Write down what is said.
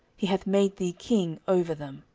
he hath made thee king over them.